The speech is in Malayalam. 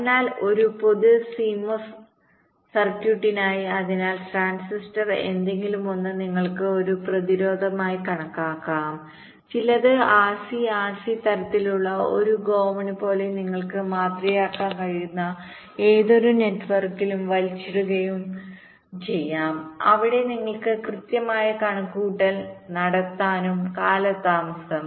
അതിനാൽ ഒരു പൊതു CMOS സർക്യൂട്ടിനായി അതിനാൽ ട്രാൻസിസ്റ്ററിൽ ഏതെങ്കിലുമൊന്ന് നിങ്ങൾക്ക് ഒരു പ്രതിരോധമായി മാതൃകയാക്കാം ചിലത് RCRCRC തരത്തിലുള്ള ഒരു ഗോവണി പോലെ നിങ്ങൾക്ക് മാതൃകയാക്കാൻ കഴിയുന്ന ഏതൊരു നെറ്റ്വർക്കും വലിച്ചിടുകയും വലിച്ചിടുകയും ചെയ്യാം അവിടെ നിങ്ങൾക്ക് കൃത്യമായ കണക്കുകൂട്ടൽ നടത്താൻ കഴിയും കാലതാമസം